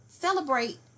Celebrate